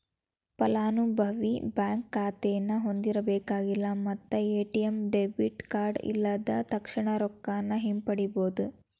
ಫಲಾನುಭವಿ ಬ್ಯಾಂಕ್ ಖಾತೆನ ಹೊಂದಿರಬೇಕಾಗಿಲ್ಲ ಮತ್ತ ಎ.ಟಿ.ಎಂ ಡೆಬಿಟ್ ಕಾರ್ಡ್ ಇಲ್ಲದ ತಕ್ಷಣಾ ರೊಕ್ಕಾನ ಹಿಂಪಡಿಬೋದ್